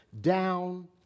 down